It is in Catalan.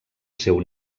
seu